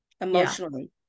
Emotionally